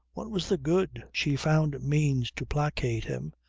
what was the good? she found means to placate him.